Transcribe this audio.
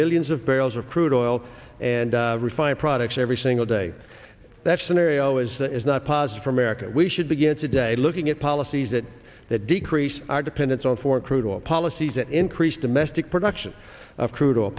millions of barrels of crude oil and refined products every single day that scenario is that is not positive for america we should begin today looking at policies that that decrease our dependence on foreign crude oil policies that increase domestic production of crude o